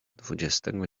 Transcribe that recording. dwudziestego